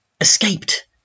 escaped